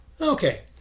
Okay